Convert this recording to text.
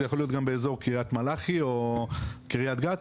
זה יכול להיות גם באזור קריית מלאכי או קריית גת,